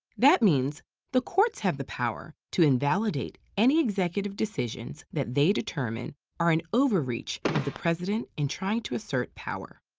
that means the courts have the power to invalidate any executive decisions that they determine are an overreach of the president in trying to assert power.